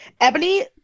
Ebony